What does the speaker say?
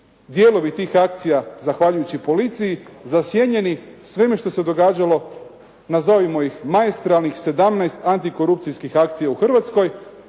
dijelovi tih akcija zahvaljujući policiji zasjenjeni svime što se događalo nazovimo ih maestralnih 17 antikorupcijskih akcija u Hrvatskoj.